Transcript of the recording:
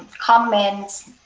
comments,